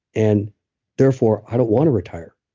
and therefore, i don't want to retire.